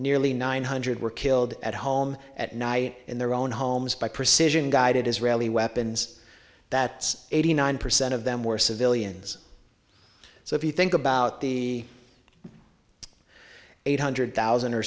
nearly nine hundred were killed at home at night in their own homes by precision guided israeli weapons that's eighty nine percent of them were civilians so if you think about the eight hundred thousand or